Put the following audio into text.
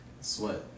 sweat